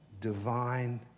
divine